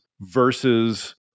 versus